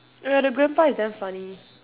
oh ya the grandpa is damn funny